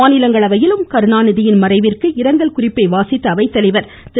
மாநிலங்களவையிலும் கருணாநிதியின் மறைவிற்கு இரங்கல் குறிப்பை வாசித்த அவைத்தலைவர் திரு